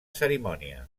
cerimònia